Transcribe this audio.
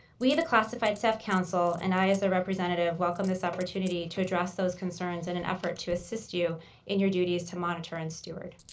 we, the classified staff council, and i as a representative welcome this opportunity to address those concerns in an effort to assist you in your duties to monitor and steward.